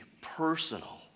personal